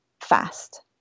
fast